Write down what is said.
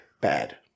Bad